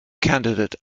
candidate